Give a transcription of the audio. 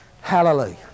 hallelujah